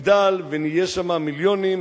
נגדל ונהיה שמה מיליונים,